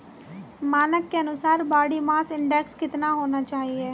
मानक के अनुसार बॉडी मास इंडेक्स कितना होना चाहिए?